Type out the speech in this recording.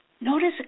Notice